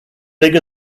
big